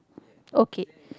okay